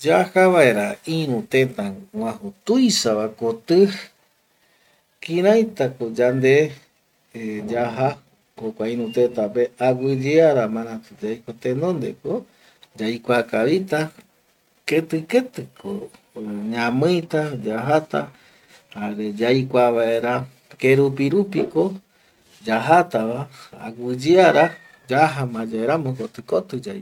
Yaja vaera iru teta gauaju tuisa va koti kiraita ko yande eh yaja jokua iru tetape aguiyeara maratu yaiko tenonde ko yaikua kavita keti keti ko ñamiita, yajata jare yaikua vaera kerupi rupi ko yajata va aguiyeara yaja ma yae ramo kotikoti yaiko